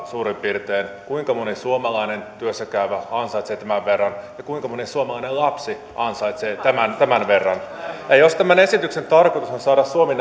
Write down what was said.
suurin piirtein kuinka moni suomalainen työssä käyvä ansaitsee tämän verran ja kuinka moni suomalainen lapsi ansaitsee tämän tämän verran ja jos tämän esityksen tarkoitus on saada suomi